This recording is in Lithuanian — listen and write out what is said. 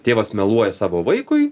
tėvas meluoja savo vaikui